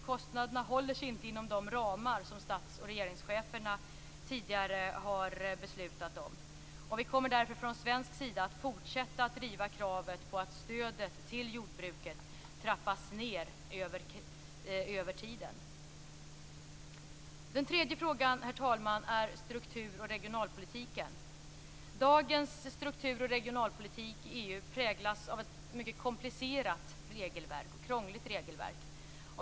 Kostnaderna håller sig inte inom de ramar som stats och regeringscheferna tidigare har beslutat om. Vi kommer därför från svensk sida att fortsätta att driva kravet att stödet till jordbruket trappas ned över tiden. Den tredje frågan, herr talman, är struktur och regionalpolitiken. Dagens struktur och regionalpolitik i EU präglas av ett mycket komplicerat och krångligt regelverk.